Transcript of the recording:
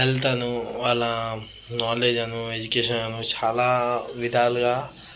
హెల్త్ను వాళ్ళ నాలెడ్జ్ను ఎడ్యుకేషన్ అని చాలా విధాలుగా